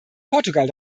portugal